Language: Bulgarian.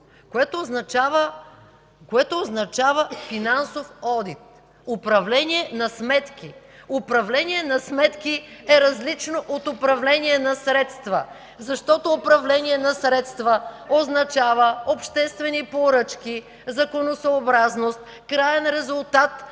което означава финансов одит, управление на сметки. Управление на сметки е различно от управление на средства, защото управление на средства означава обществени поръчки, законосъобразност, краен резултат